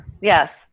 Yes